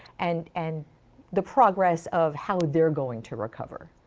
and and the progress of how they're going to recover.